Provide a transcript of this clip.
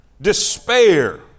despair